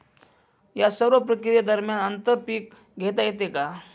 या सर्व प्रक्रिये दरम्यान आंतर पीक घेता येते का?